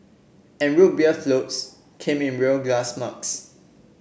and Root Beer floats came in real glass mugs